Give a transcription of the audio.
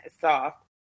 soft